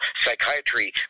psychiatry